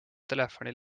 telefoni